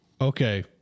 okay